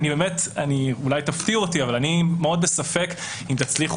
אולי תפתיעו אותי אבל אני מאוד בספק אם תצליחו